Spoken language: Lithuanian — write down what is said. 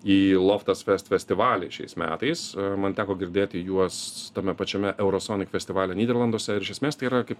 į loftas fest festivalį šiais metais man teko girdėti juos tame pačiame eurosonik festivaly nyderlanduose ir iš esmės tai yra kaip